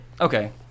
Okay